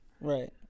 Right